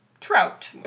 trout